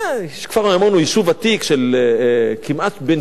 כפר-מימון הוא יישוב ותיק, כמעט בן 50